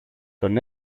τον